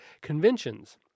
conventions